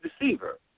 deceiver